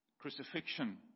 crucifixion